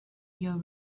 your